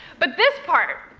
but this part.